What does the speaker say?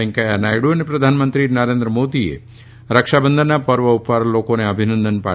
વૈકૈયા નાયડુ અને પ્રધાનમંત્રી નરેન્દ્ર મોદીએ રક્ષાબંધનના પર્વ પર લોકોને અભિનંદન પાઠવ્યા છે